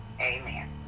Amen